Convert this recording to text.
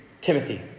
Timothy